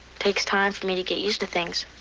takes time for me to get used to things.